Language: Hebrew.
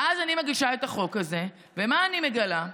ואז אני מגישה את החוק הזה ומה אני מגלה?